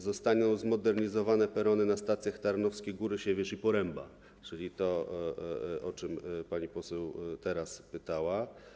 Zostaną zmodernizowane perony na stacjach Tarnowskie Góry, Siewierz i Poręba - czyli to, o co pani poseł teraz pytała.